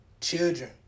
children